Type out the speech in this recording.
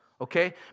Okay